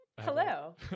hello